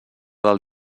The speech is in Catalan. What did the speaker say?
del